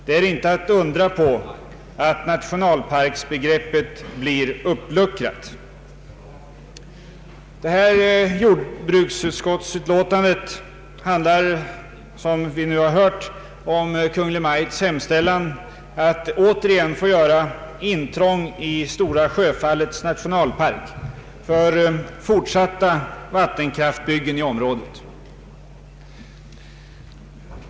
Det är inte att undra på att nationalparksbegreppet blir uppluckrat.” Jordbruksutskottets utlåtande handlar, som vi har hört, om Kungl. Maj:ts hemställan att återigen få göra intrång i Stora Sjöfallets nationalpark för fortsatta vattenkraftsbyggen i området.